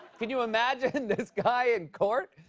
could you imagine this guy in court?